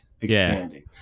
expanding